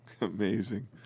Amazing